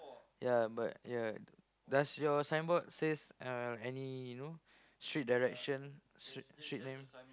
ya but ya does your signboard says uh any you know street direction street street name